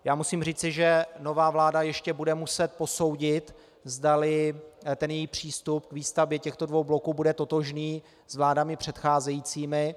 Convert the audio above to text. Já musím říci, že nová vláda ještě bude muset posoudit, zdali její přístup k výstavbě těchto dvou bloků bude totožný s vládami předcházejícími.